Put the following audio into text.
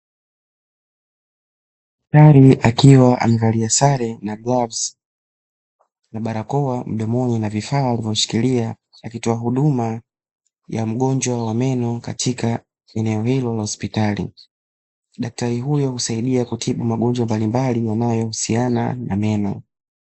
Daktari akiwa amevalia sare na glavu na barakoa mdomoni na vifaa alivyoshikilia akitoa huduma ya mgonjwa wa meno katika eneo hilo la hospitali, daktari huyo husaidia kutibu magonjwa mbalimbali yanayohusiana na meno.